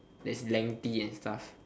that is lengthy and stuff